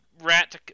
rat